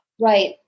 Right